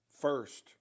first